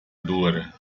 dura